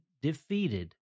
defeated